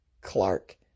Clark